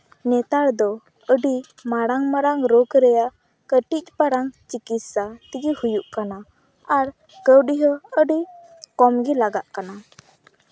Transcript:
ᱱᱮᱛᱟᱨ ᱫᱚ ᱟᱹᱰᱤ ᱢᱟᱨᱟᱝ ᱢᱟᱨᱟᱝ ᱨᱳᱜᱽ ᱨᱮᱭᱟᱜ ᱠᱟᱹᱴᱤᱡ ᱯᱟᱨᱟᱝ ᱪᱤᱠᱤᱛᱥᱟ ᱛᱮᱜᱮ ᱦᱩᱭᱩᱜ ᱠᱟᱱᱟ ᱟᱨ ᱠᱟᱹᱣᱰᱤ ᱦᱚᱸ ᱟᱹᱰᱤ ᱠᱚᱢᱜᱮ ᱞᱟᱜᱟᱜ ᱠᱟᱱᱟ